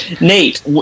Nate